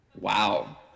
Wow